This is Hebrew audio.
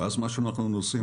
ואז מה שאנחנו עושים,